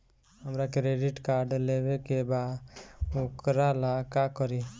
हमरा credit card लेवे के बा वोकरा ला का करी?